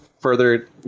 further